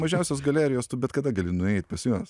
mažiausios galerijos tu bet kada gali nueit pas juos